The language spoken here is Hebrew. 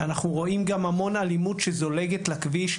אנחנו רואים גם המון אלימות שזולגת לכביש,